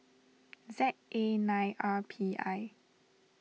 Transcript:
Z A nine R P I